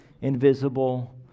invisible